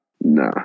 Nah